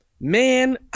man